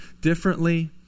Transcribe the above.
differently